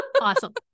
Awesome